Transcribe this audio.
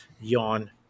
yawn